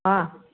ಹಾಂ